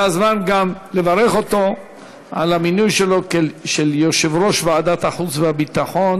זה הזמן גם לברך אותו על המינוי שלו ליושב-ראש ועדת חוץ וביטחון.